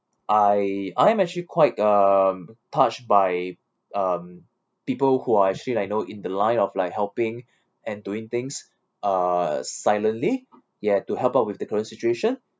I I'm actually quite um touched by um people who I feel like you know in the line of like helping and doing things uh silently ya to help out with the current situation